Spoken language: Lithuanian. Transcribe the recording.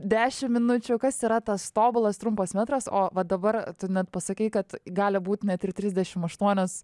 dešim minučių kas yra tas tobulas trumpas metras o va dabar tu net pasakei kad gali būt net ir trisdešim aštuonios